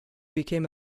became